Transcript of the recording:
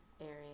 area